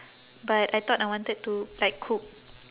but I thought I wanted to like cook